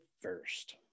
first